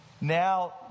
Now